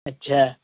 اچھا